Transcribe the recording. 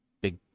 big